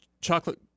chocolate